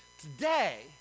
today